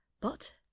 But